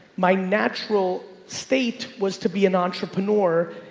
my natural state was to be an entrepreneur.